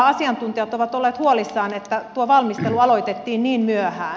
asiantuntijat ovat olleet huolissaan että tuo valmistelu aloitettiin niin myöhään